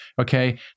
Okay